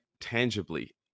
tangibly